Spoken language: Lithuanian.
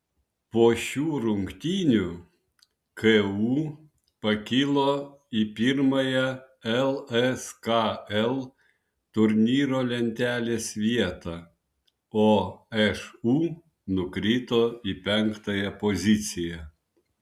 po šių rungtynių ku pakilo į pirmąją lskl turnyro lentelės vietą o šu nukrito į penktąją poziciją